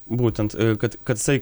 būtent kad kad isai